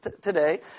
today